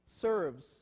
serves